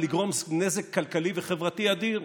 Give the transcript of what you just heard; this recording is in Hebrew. ולגרום נזק כלכלי וחברתי אדיר,